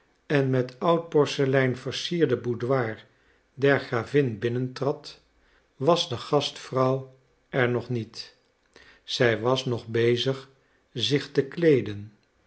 en met oud porselein versierde boudoir der gravin binnen trad was de gastvrouw er nog niet zij was nog bezig zich te kleeden